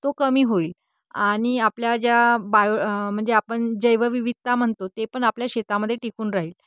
तो कमी होईल आणि आपल्या ज्या बायो म्हणजे आपण जैवविविधता म्हणतो ते पण आपल्या शेतामध्ये टिकून राहील